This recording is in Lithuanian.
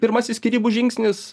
pirmasis skyrybų žingsnis